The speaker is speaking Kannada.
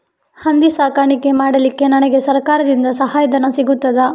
ಹಂದಿ ಸಾಕಾಣಿಕೆ ಮಾಡಲಿಕ್ಕೆ ನನಗೆ ಸರಕಾರದಿಂದ ಸಹಾಯಧನ ಸಿಗುತ್ತದಾ?